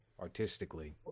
artistically